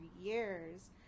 years